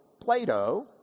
Plato